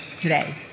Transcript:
today